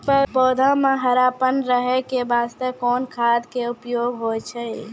पौधा म हरापन रहै के बास्ते कोन खाद के उपयोग होय छै?